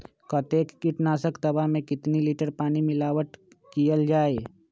कतेक किटनाशक दवा मे कितनी लिटर पानी मिलावट किअल जाई?